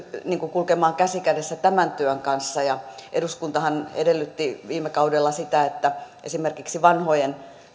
kulkemaan käsi kädessä tämän työn kanssa ja eduskuntahan edellytti viime kaudella sitä että esimerkiksi vanhojen